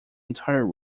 entire